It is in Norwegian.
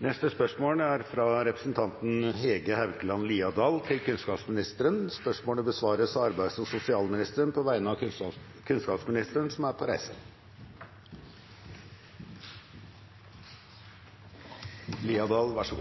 Dette spørsmålet, fra representanten Hege Haukeland Liadal til kunnskapsministeren, vil bli besvart av arbeids- og sosialministeren på vegne av kunnskapsministeren, som er på